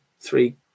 three